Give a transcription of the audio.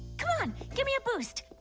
come on. give me a boost